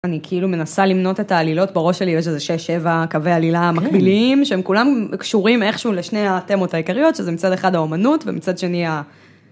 אני כאילו מנסה למנות את העלילות בראש שלי, יש איזה 6-7 קווי עלילה מקבילים שהם כולם קשורים איכשהו לשני התמות העיקריות, שזה מצד אחד האומנות ומצד שני ה...